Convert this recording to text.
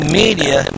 media